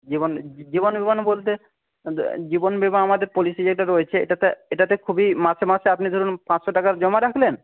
জীবনের জীবনবিমা বলতে জীবনবিমা আমাদের পলিশি যেটা রয়েছে এটাতে এটাতে খুবই মাসে মাসে আপনি ধরুন পাঁচশো টাকার জমা রাখলেন